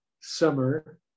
summer